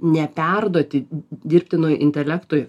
neperduoti dirbtinui intelektui